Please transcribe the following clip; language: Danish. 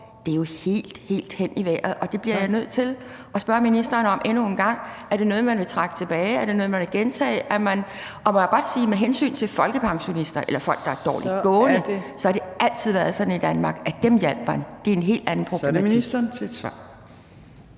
er jo helt, helt hen i vejret. Jeg bliver nødt til at spørge ministeren om det endnu en gang. Er det noget, man vil trække tilbage? Er det noget, man vil gentage? Og må jeg godt sige, at med hensyn til folkepensionister eller folk, der er dårligt gående, så har det altid været sådan i Danmark, at dem hjalp man. Det er en helt anden problematik. Kl. 15:48 Tredje